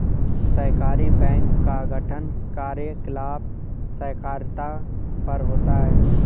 सहकारी बैंक का गठन कार्यकलाप सहकारिता पर होता है